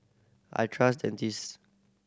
I trust Dentist